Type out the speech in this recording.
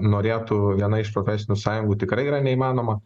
norėtų viena iš profesinių sąjungų tikrai yra neįmanoma